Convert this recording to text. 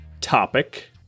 topic